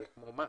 זה כמו מס.